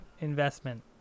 investment